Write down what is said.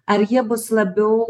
ar jie bus labiau